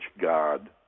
God